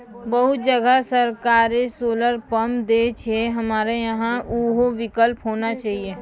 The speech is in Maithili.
बहुत जगह सरकारे सोलर पम्प देय छैय, हमरा यहाँ उहो विकल्प होना चाहिए?